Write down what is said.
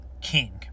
king